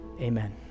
Amen